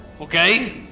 Okay